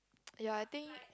ya I think